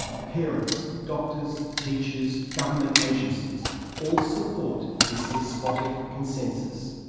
parents, doctors, teachers, government agencies all support this despotic consensus.